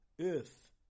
earth